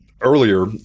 earlier